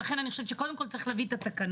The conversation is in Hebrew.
ולכן אני חושבת שקודם כל צריך להביא את התקנות